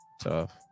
tough